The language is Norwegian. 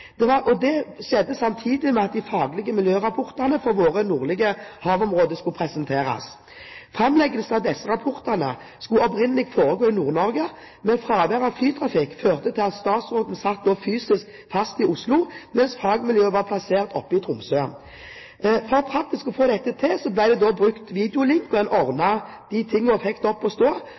Det skjedde samtidig med at de faglige miljørapportene for våre nordlige havområder skulle presenteres. Framleggelsen av disse rapportene skulle opprinnelig foregå i Nord-Norge, men fraværet av flytrafikk førte til at statsråden satt fysisk fast i Oslo, mens fagmiljøene var plassert oppe i Tromsø. For praktisk å få dette til ble det brukt videolink – en ordnet de tingene og fikk det opp å stå